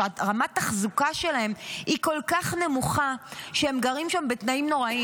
שרמת התחזוקה שלהן כל כך נמוכה שהם גרים שם בתנאים נוראיים.